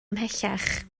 ymhellach